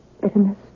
bitterness